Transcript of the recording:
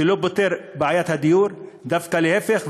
שלא פותר את בעיית הדיור, דווקא להפך.